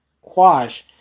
quash